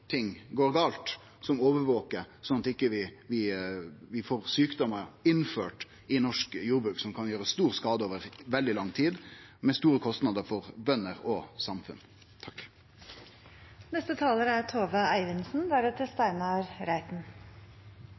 går gale, slik at vi ikkje innfører sjukdomar i norsk jordbruk som kan gjere stor skade over veldig lang tid, med store kostnader for bønder og